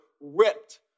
ripped